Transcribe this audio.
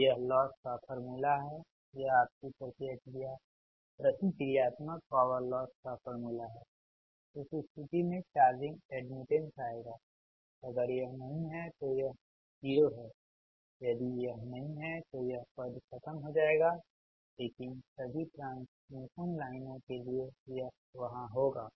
तो यह लॉस का फ़ॉर्मूला है यह आपकी प्रतिक्रियात्मक पॉवर लॉस का फ़ॉर्मूला है इस स्थिति में चार्जिंग एड्मिटेंस आएगा अगर यह नहीं है तो यह 0 है यदि यह नहीं है तो यह पद खत्म हो जाएगा लेकिन सभी ट्रांसमिशन लाइनों के लिए यह वहाँ होगा